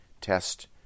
test